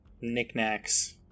knickknacks